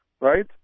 Right